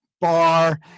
bar